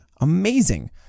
Amazing